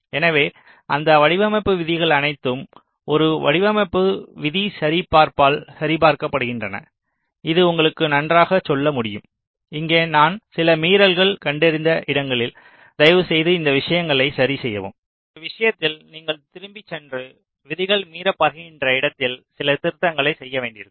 எனவே அந்த வடிவமைப்பு விதிகள் அனைத்தும் ஒரு வடிவமைப்பு விதி சரிபார்ப்பால் சரிபார்க்கப்படுகின்றன இது உங்களுக்கு நன்றாகச் சொல்ல முடியும் இங்கே நான் சில மீறல்கள் கண்டறிந்த இடங்களில் தயவு செய்து இந்த விஷயங்களைச் சரிசெய்யவும் அந்த விஷயத்தில் நீங்கள் திரும்பிச் சென்று விதிகள் மீறப்படுகின்றன இடத்தில் சில திருத்தங்களைச் செய்ய வேண்டியிருக்கும்